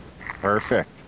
Perfect